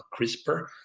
CRISPR